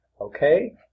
Okay